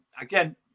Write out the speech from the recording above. Again